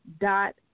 dot